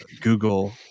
Google